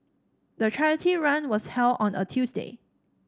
the charity run was held on a Tuesday